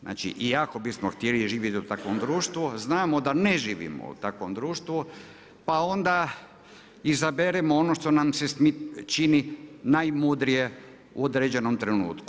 Znači iako bismo htjeli živjeti u takvom društvu znamo da ne živimo u takvom društvu, pa onda izaberemo ono što nam se čini najmudrije u određenom trenutku.